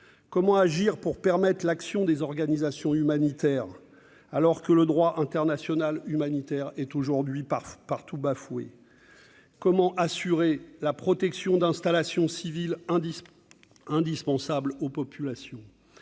Comment agir pour que les organisations humanitaires puissent travailler, alors que le droit international humanitaire est aujourd'hui, partout, bafoué ? Comment assurer la protection des installations civiles indispensables aux populations ?